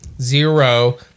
Zero